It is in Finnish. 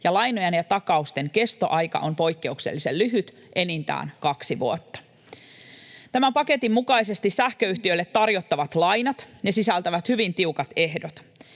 ja lainojen ja takausten kestoaika on poikkeuksellisen lyhyt, enintään kaksi vuotta. Tämän paketin mukaisesti sähköyhtiöille tarjottavat lainat sisältävät hyvin tiukat ehdot.